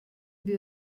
wir